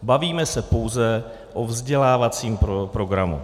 Bavíme se pouze o vzdělávacím programu.